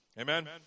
Amen